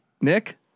Nick